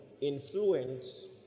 influence